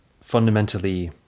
fundamentally